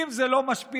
אם זה לא משפיע,